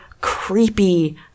creepy